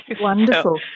wonderful